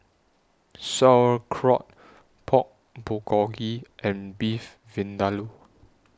Sauerkraut Pork Bulgogi and Beef Vindaloo